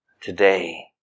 today